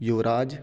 युवराज्